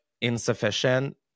insufficient